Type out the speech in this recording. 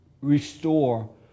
restore